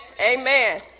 Amen